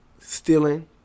stealing